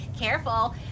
careful